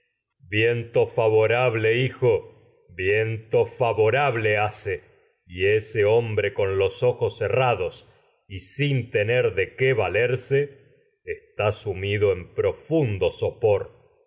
viento favorable hace de bien viento favorable hijo y ese hombre está con los ojos cerrados y sin tener de qué valerse sueño sumido en es profundo sopor